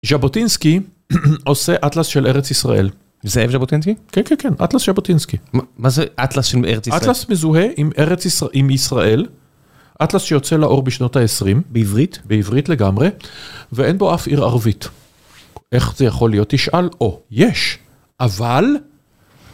ז'בוטינסקי עושה אטלס של ארץ ישראל. זאב ז'בוטינסקי? כן, כן, כן, אטלס ז'בוטינסקי. מה זה אטלס של ארץ ישראל? אטלס מזוהה עם ארץ ישראל, אטלס שיוצא לאור בשנות ה-20 בעברית, בעברית לגמרי, ואין בו אף עיר ערבית. איך זה יכול להיות? תשאל. או, יש, אבל...